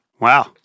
Wow